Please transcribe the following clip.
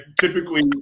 typically